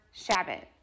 Shabbat